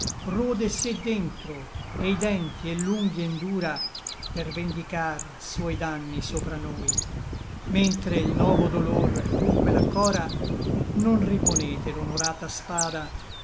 rode sé dentro e i denti et l'unghie endura per vendicar suoi danni sopra noi mentre l novo dolor dunque l'accora non riponete l'onorata spada